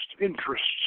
interests